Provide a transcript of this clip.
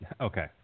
Okay